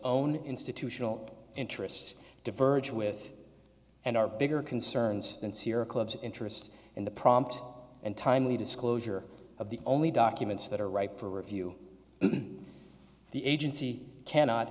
own institutional interests diverge with and are bigger concerns than sierra club's interest in the prompt and timely disclosure of the only documents that are ripe for review the agency cannot